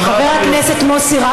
חבר הכנסת מוסי רז,